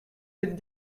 êtes